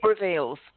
reveals